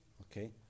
okay